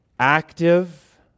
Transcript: Active